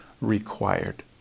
required